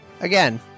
again